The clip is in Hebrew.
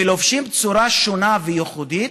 ולובשים צורה שונה וייחודית.